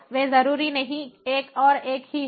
वे जरूरी नहीं कि एक और एक ही हो